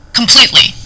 completely